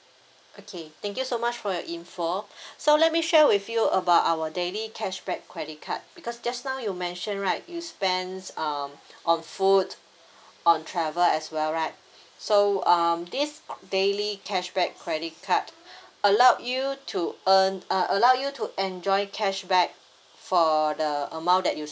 okay thank you so much for your info so let me share with you about our daily cashback credit card because just now you mentioned right you spends um on food on travel as well right so um this daily cashback credit card allow you to earn uh allow you to enjoy cashback for the amount that you